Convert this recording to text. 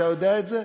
אתה יודע את זה?